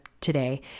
today